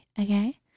okay